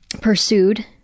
pursued